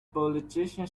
politician